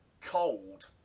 cold